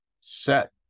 set